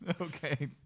Okay